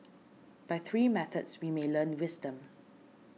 by three methods we may learn wisdom